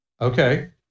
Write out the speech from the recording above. Okay